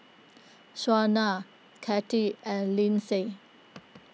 Shaunna Cathie and Lyndsay